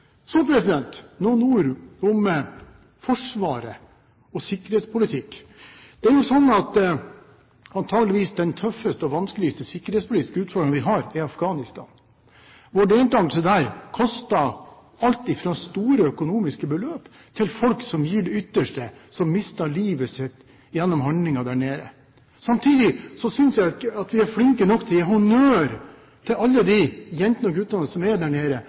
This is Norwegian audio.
Så noen ord om Forsvaret og sikkerhetspolitikk. Det er sånn at antakeligvis er den tøffeste og vanskeligste sikkerhetspolitiske utfordringen vi har, Afghanistan. Vår deltakelse der koster alt fra store økonomiske beløp til folk som gir det ytterste, som mister livet sitt gjennom handlinger der nede. Samtidig synes jeg ikke vi er flinke nok til å gi honnør til alle de jentene og guttene som er der nede,